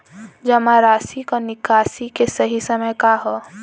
जमा राशि क निकासी के सही समय का ह?